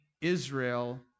Israel